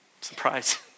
Surprise